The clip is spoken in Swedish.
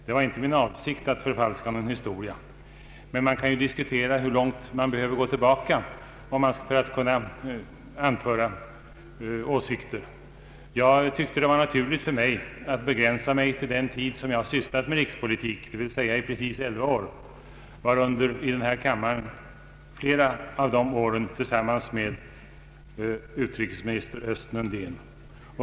Det var inte min avsikt att förfalska historia, men det kan ju diskuteras hur långt man behöver gå tillbaka för att få underlag för sina åsikter. För mig var det naturligt att begränsa mig till den tid som jag har sysslat med rikspolitik, d.v.s. i exakt elva år, varunder i denna kammare flera år tillsammans med Östen Undén.